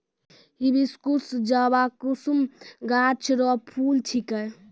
hibiscus जवाकुसुम गाछ रो फूल छिकै